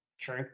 True